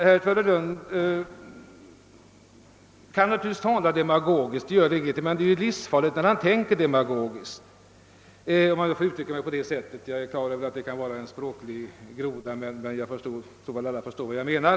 Herr Nilsson i Tvärålund kan naturligtvis tala demagogiskt — det gör ingenting — men det är ju livsfarligt när han tänker demagogiskt — om jag nu får uttrycka mig på det sättet. Jag är på det klara med att det kan vara en språklig groda, men jag tror alla förstår vad jag menar.